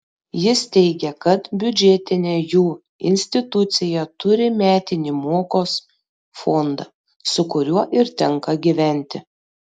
jis teigė kad biudžetinė jų institucija turi metinį mokos fondą su kuriuo ir tenka gyventi